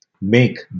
make